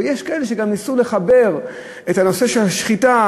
ויש כאלה שגם ניסו לחבר את הנושא של השחיטה,